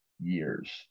years